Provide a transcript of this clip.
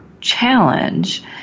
challenge